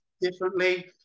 differently